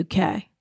UK